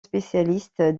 spécialiste